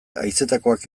haizetakoak